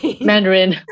Mandarin